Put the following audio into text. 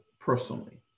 personally